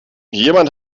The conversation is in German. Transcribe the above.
jemand